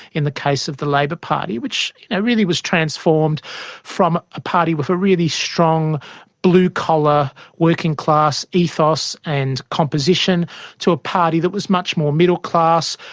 in the case of the labor party which really was transformed from a party with a really strong blue-collar working-class ethos and composition to a party that was much more middle-class,